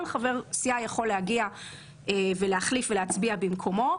חבר סיעה אחר יכול להחליף ולהצביע במקומו.